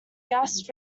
gas